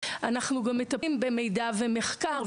אנחנו גם מטפלים במידע ומחקר,